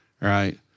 right